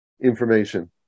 information